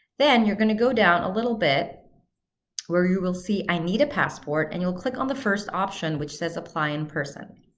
then, you're going to go down a little bit where you will see, i need a passport, and you'll click on the first option which says, apply in person.